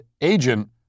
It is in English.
agent